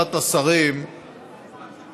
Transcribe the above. ועדת השרים החליטה,